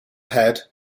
head